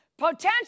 Potential